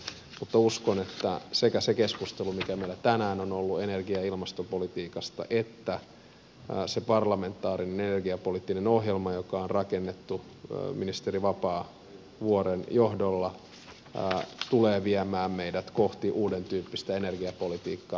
uskon että sekä se keskustelu mikä meillä tänään on ollut energia ja ilmastopolitiikasta että se parlamentaarinen energiapoliittinen ohjelma joka on rakennettu ministeri vapaavuoren johdolla tulevat viemään meidät kohti uudentyyppistä energiapolitiikkaa